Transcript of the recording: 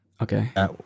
Okay